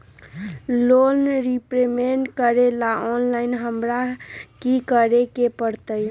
Loan repayment करेला online हमरा की करे के परतई?